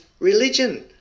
Religion